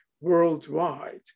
worldwide